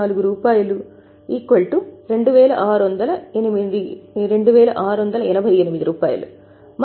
44 2688